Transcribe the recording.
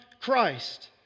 Christ